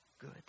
good